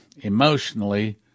emotionally